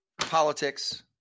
politics